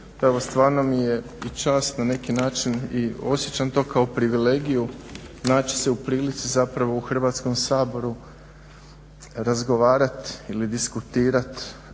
stvarno mi je i čast na neki način i osjećam to kao privilegiju naći se u prilici zapravo u Hrvatskom saboru razgovarat ili diskutirat